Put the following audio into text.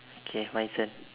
okay my turn